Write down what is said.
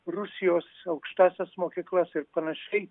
rusijos aukštąsias mokyklas ir panašiai